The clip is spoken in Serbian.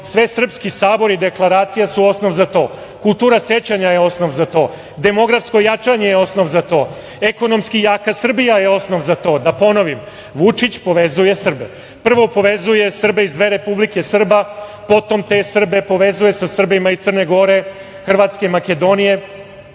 Svesrpski sabor i Deklaracija su osnov za to. Kultura sećanja je osnov za to. Demografsko jačanje je osnov za to. Ekonomski jaka Srbija je osnov za to. Da ponovim Vučić povezuje Srbe, prvo povezuje Srbe iz dve Republike Srba, potom te Srbe povezuje sa Srbima i Crne Gore, Hrvatske i Makedonije.